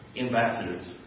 Ambassadors